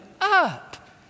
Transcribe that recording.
up